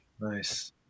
Nice